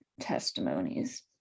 testimonies